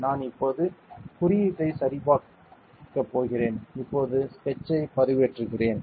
நான் இப்போது குறியீட்டைச் சரிபார்க்கப் போகிறேன் இப்போது ஸ்கெட்சைப் பதிவேற்றுகிறேன்